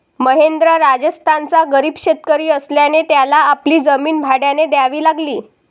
महेंद्र राजस्थानचा गरीब शेतकरी असल्याने त्याला आपली जमीन भाड्याने द्यावी लागली